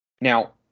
Now